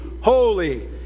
holy